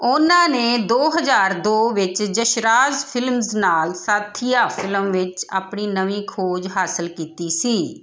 ਉਹਨਾਂ ਨੇ ਦੋ ਹਜ਼ਾਰ ਦੋ ਵਿੱਚ ਯਸ਼ਰਾਜ ਫ਼ਿਲਮਜ਼ ਨਾਲ ਸਾਥੀਆ ਫ਼ਿਲਮ ਵਿੱਚ ਆਪਣੀ ਨਵੀਂ ਖੋਜ ਹਾਸਲ ਕੀਤੀ ਸੀ